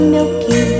Milky